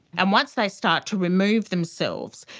and once they start to remove themselves,